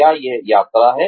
क्या यह यात्रा है